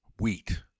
wheat